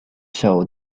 showed